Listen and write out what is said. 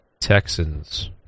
Texans